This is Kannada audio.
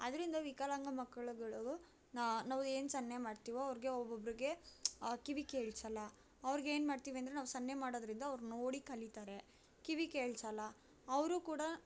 ಅದರಿಂದ ವಿಕಲಾಂಗ ಮಕ್ಳುಗಳಿಗು ನಾವು ಏನು ಸನ್ನೆ ಮಾಡ್ತಿವೊ ಅವ್ರಿಗೆ ಒಬ್ಬೊಬ್ಬರಿಗೆ ಕಿವಿ ಕೇಳ್ಸೋಲ್ಲ ಅವರಿಗೆ ಏನು ಮಾಡ್ತೀವಿ ಅಂದರೆ ನಾವು ಸನ್ನೆ ಮಾಡೋದರಿಂದ ಅವ್ರು ನೋಡಿ ಕಲಿತಾರೆ ಕಿವಿ ಕೇಳ್ಸೋಲ್ಲ ಅವರು ಕೂಡ